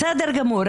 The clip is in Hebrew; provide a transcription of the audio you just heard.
בסדר גמור.